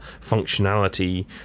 functionality